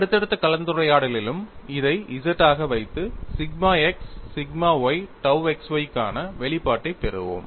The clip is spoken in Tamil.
அடுத்தடுத்த கலந்துரையாடலிலும் இதை Z ஆக வைத்து sigma x sigma y tau x y க்கான வெளிப்பாட்டைப் பெறுவோம்